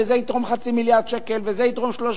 וזה יתרום חצי מיליארד שקל וזה